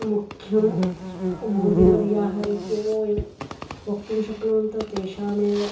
मुख्यं मोदिवर्याः इत्येव वयं वक्तुं शक्नुवन्त तेषामेव